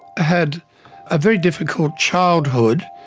had a very difficult childhood.